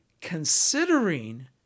considering